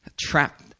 trapped